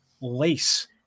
lace